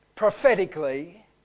prophetically